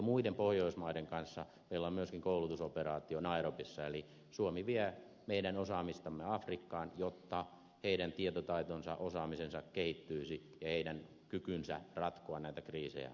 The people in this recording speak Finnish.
muiden pohjoismaiden kanssa meillä on myöskin koulutusoperaatio nairobissa eli suomi vie meidän osaamistamme afrikkaan jotta afrikkalaisten tietotaito ja osaaminen kehittyisivät ja heidän kykynsä ratkoa näitä kriisejä paranisi